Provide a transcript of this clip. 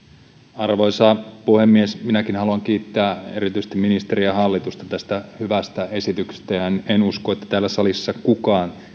arvoisa puhemies minäkin haluan kiittää erityisesti ministeriä ja hallitusta tästä hyvästä esityksestä en en usko että täällä salissa kukaan